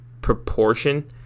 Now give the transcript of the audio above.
proportion